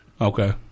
Okay